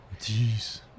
Jeez